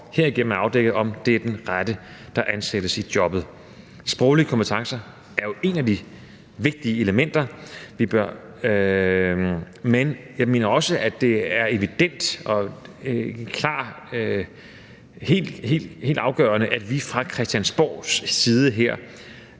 herigennem at afdække, om det er den rette, der ansættes i jobbet. Sproglige kompetencer er jo et af de vigtige elementer, men jeg mener også, at det er evident og helt afgørende, at vi her fra Christiansborgs side er